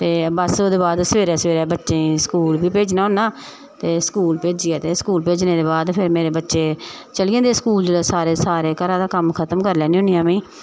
ते बस ओह्दे बाद सवेरै सवेरै बच्चें गी स्कूल बी भेजना होंदा ते स्कूल भेजियै ते स्कूल भेजने दे बाद फिर मेरे बच्चे चली जंदे स्कूल ते सारे घरा दा कम्म खत्म करी लैन्नी होन्नी आं में